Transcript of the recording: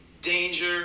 danger